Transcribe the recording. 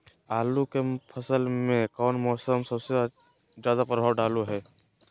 आलू के फसल में कौन मौसम सबसे ज्यादा प्रभाव डालो हय?